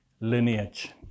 lineage